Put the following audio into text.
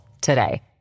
today